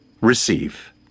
receive